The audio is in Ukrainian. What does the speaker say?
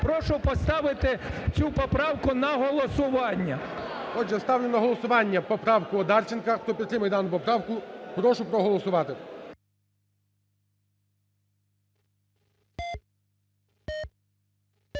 Прошу поставити цю поправку на голосування. ГОЛОВУЮЧИЙ. Отже, ставлю на голосування поправку Одарченка. Хто підтримує дану поправку, прошу проголосувати.